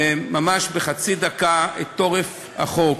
ממש בחצי דקה, את החוק.